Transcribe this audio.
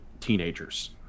teenagers